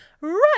right